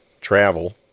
travel